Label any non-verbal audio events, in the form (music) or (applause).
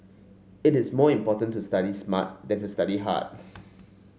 it is more important to study smart than to study hard (noise)